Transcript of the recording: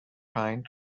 pine